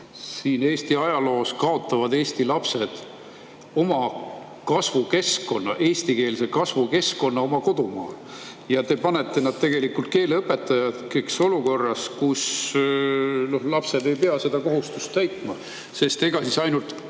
korda Eesti ajaloos kaotavad eesti lapsed eestikeelse kasvukeskkonna oma kodumaal. Te panete nad tegelikult keeleõpetajateks olukorras, kus lapsed ei pea seda kohustust täitma. Ega siis ainult